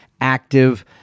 active